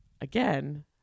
Again